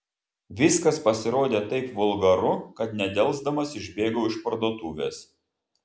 viskas pasirodė taip vulgaru kad nedelsdamas išbėgau iš parduotuvės